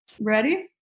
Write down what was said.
ready